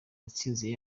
yatsinze